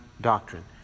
doctrine